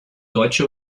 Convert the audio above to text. deutsche